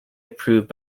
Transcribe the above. approved